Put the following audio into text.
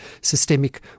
systemic